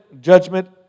judgment